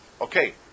okay